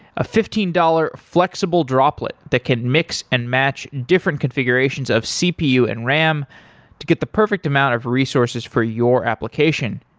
a fifteen dollars flexible droplet that can mix and match different configurations of cpu and ram to get the perfect amount of resources for your application.